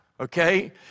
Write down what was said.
Okay